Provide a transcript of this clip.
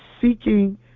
seeking